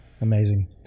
Amazing